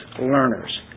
learners